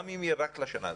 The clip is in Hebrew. גם היא רק לשנה הזאת.